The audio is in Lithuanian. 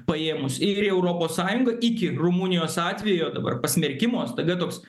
paėmus ir europos sąjungą iki rumunijos atvejo dabar pasmerkimo staiga toks